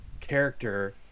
character